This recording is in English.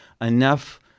enough